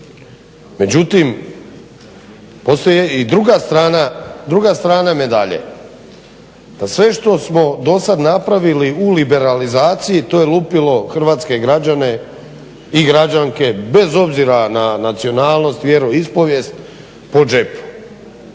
Međutim postoji i druga strana medalje, da sve što smo do sada napravili u liberalizaciji to je lupilo hrvatske građane i građanke bez obzira na nacionalnost, vjeroispovijest po džepu